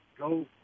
go